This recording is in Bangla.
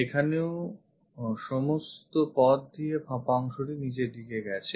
এখানেও সমস্ত পথ দিয়ে ফাঁপা অংশটি নিচের দিকে গেছে